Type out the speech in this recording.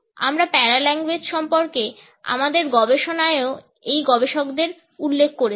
আমরা প্যারালাঙ্গুয়েজ সম্পর্কে আমাদের গবেষণায়েও এই গবেষকদের উল্লেখ করেছি